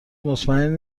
مطمئن